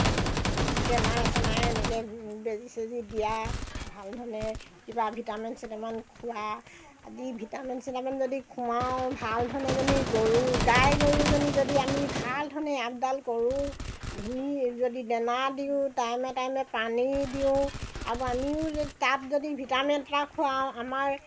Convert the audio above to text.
দেনাই চেনাই এনেকৈ বেজি চেজি দিয়া ভালধৰণে কিবা ভিটামিন চিটামান খোৱা আদি ভিটামিন চিটামিন যদি খুৱাওঁ ভালধৰণে এজনী গৰু গাই গৰুজনী যদি আমি ভালধৰণে আপদাল কৰোঁ ধুনী যদি দেনা দিওঁ টাইমে টাইমে পানী দিওঁ আৰু আমিও তাত যদি ভিটামিন এটা খুৱাওঁ আমাৰ